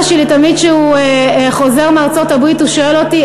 תמיד כשאבא שלי חוזר מארצות-הברית הוא שואל אותי: